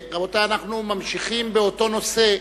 רבותי, אנחנו ממשיכים באותו נושא.